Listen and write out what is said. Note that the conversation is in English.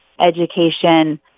education